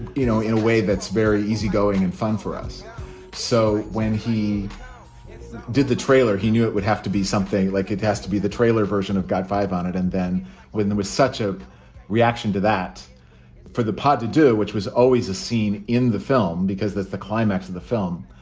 you know, in a way that's very easygoing and fun for us so when he did the trailer, he knew it would have to be something like it has to be the trailer version of god five on it. and then when there was such a reaction to that for the pod to do, which was always a scene in the film because that's the climax of the film.